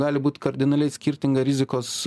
gali būt kardinaliai skirtinga rizikos